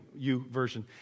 uversion